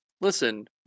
listen